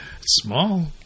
small